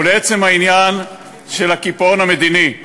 ולעצם העניין של הקיפאון המדיני.